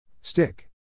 Stick